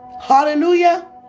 Hallelujah